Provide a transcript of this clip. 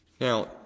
Now